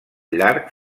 llarg